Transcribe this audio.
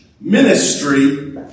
ministry